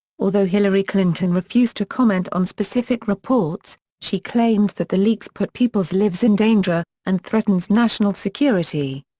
although hillary clinton refused to comment on specific reports, she claimed that the leaks put people's lives in danger and threatens national security.